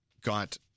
Got